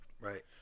Right